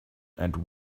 and